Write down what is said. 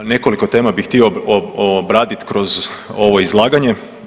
Nekoliko tema bih htio obradit kroz ovo izlaganje.